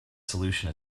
solution